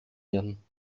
werden